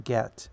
Get